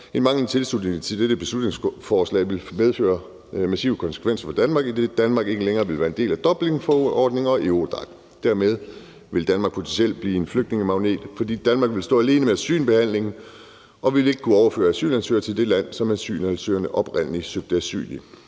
en manglende tilslutning til dette beslutningsforslag vil medføre massive konsekvenser for Danmark, idet Danmark ikke længere vil være en del af Dublinforordningen og Eurodac. Dermed vil Danmark potentielt kunne blive en flygtningemagnet, fordi Danmark vil stå alene med asylbehandlingen og vil ikke kunne overføre asylansøgere til det land, som asylansøgerne oprindelig søgte asyl i.